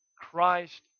Christ